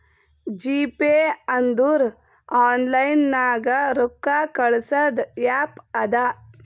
GPay ಅಂದುರ್ online ನಾಗ್ ರೊಕ್ಕಾ ಕಳ್ಸದ್ ಆ್ಯಪ್ ಅದಾ